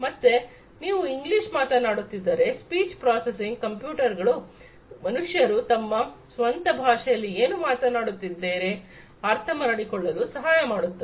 ಮತ್ತೆ ನೀವು ಇಂಗ್ಲೀಷ್ ಮಾತನಾಡುತ್ತಿದ್ದರೆ ಸ್ಪೀಚ್ ಪ್ರೋಸಸಿಂಗ್ ಕಂಪ್ಯೂಟರ್ ಗಳು ಮನುಷ್ಯರು ತಮ್ಮ ಸ್ವಂತ ಭಾಷೆಯಲ್ಲಿ ಏನು ಮಾತನಾಡುತ್ತಿದ್ದಾರೆ ಅರ್ಥಮಾಡಿಕೊಳ್ಳಲು ಸಹಾಯಮಾಡುತ್ತದೆ